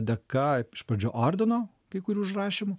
dėka iš pradžių ordino kai kurių užrašym